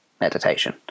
meditation